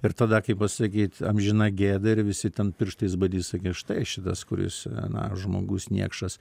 ir tada kai pasakyt amžina gėda ir visi ten pirštais badys sakys štai šitas kuris na žmogus niekšas